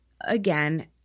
again